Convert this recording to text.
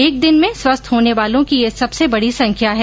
एक दिन में स्वस्थ होने वालों की यह सबसे बड़ी संख्या है